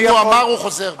אם הוא אמר, הוא חוזר בו.